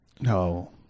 No